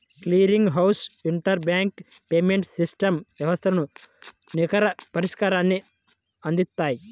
clearing house interbank payments system వ్యవస్థలు నికర పరిష్కారాన్ని అందిత్తాయి